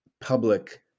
public